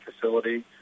facility